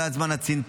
ועד זמן הצנתור,